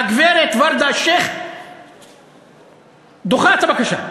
והגברת ורדה אלשיך דוחה את הבקשה,